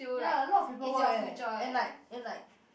ya a lot of paperwork eh and like and like